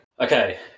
Okay